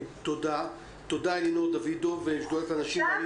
תודה אלינור דוידוב משדולת הנשים.